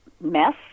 mess